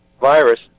virus